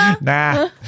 Nah